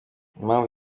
impamvu